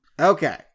Okay